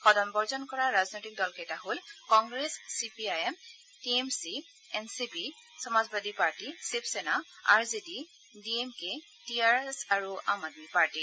সদন বৰ্জন কৰা ৰাজনৈতিক দলকেইটা হ'ল Congress C P I M T M C M C P Samajwadi party Shivsena R J D D M K T R S আৰু আম আদমী পাৰ্টী